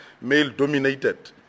male-dominated